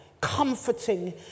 comforting